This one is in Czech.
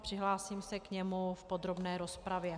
Přihlásím se k němu v podrobné rozpravě.